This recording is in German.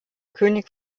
könig